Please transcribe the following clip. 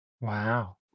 wow